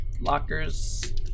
lockers